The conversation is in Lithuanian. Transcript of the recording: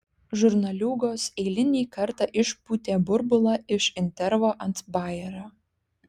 žurnaliūgos eilinį kartą išpūtė burbulą iš intervo ant bajerio